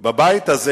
שיונהגו בבית הזה.